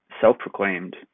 self-proclaimed